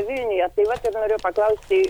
vilniuje tai vat ir norėjau paklausti